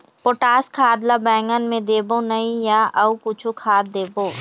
Potash खाद ला बैंगन मे देबो नई या अऊ कुछू खाद देबो?